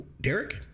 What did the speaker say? Derek